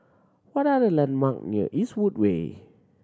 what are the landmark near Eastwood Way